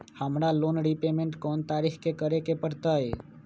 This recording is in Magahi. हमरा लोन रीपेमेंट कोन तारीख के करे के परतई?